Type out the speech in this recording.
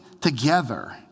together